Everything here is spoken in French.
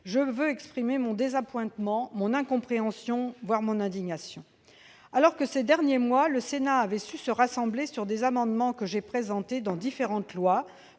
je tiens à exprimer mon désappointement, mon incompréhension, voire mon indignation. Alors que, ces derniers mois, le Sénat avait su se rassembler en faveur d'amendements que j'avais présentés dans différents